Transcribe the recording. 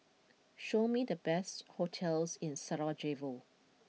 show me the best hotels in Sarajevo